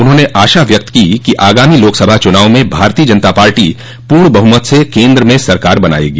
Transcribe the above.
उन्होंने आशा व्यक्त की कि आगामी लोकसभा चुनाव में भारतीय जनता पार्टी पूर्ण बहुमत से केन्द्र में सरकार बनायेगी